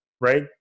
right